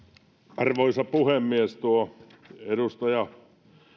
arvoisa puhemies edustaja